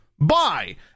buy